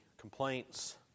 complaints